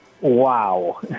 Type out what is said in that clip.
Wow